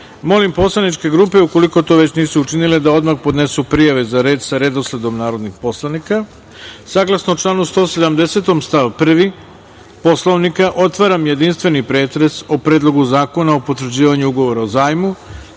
poslaničke grupe, ukoliko to već nisu učinile, da odmah podnesu prijave za reč sa redosledom narodnih poslanika. Saglasno članu 170. stav 1. Poslovnika otvaram jedinstveni pretres o Predlogu zakona o potvrđivanju Ugovora o zajmu